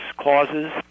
causes